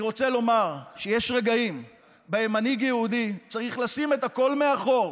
אני רוצה לומר שיש רגעים שבהם מנהיג יהודי צריך לשים את הכול מאחור,